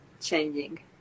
changing